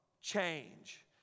change